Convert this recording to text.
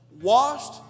washed